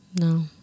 No